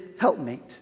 helpmate